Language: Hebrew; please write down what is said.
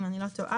אם אני לא טועה,